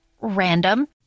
Random